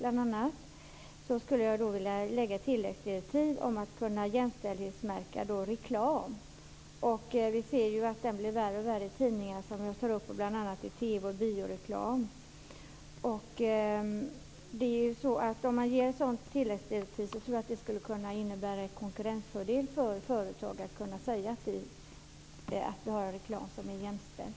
Jag skulle vilja ha ett tilläggsdirektiv om att kunna jämställdhetsmärka reklam. Vi ser ju att reklamen blir värre och värre i tidningar, i TV och på bio. Om man ger ett sådant här tilläggsdirektiv så tror jag att det skulle kunna innebära en konkurrensfördel för företag. De skulle kunna säga: Vi har en reklam som är jämställd.